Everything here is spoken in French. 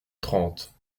trente